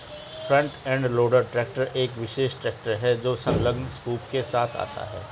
front end loader tractor एक विशेष tractor है जो संलग्न स्कूप के साथ आता है